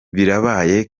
birabaye